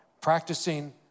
Practicing